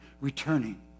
returning